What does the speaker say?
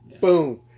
boom